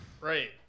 right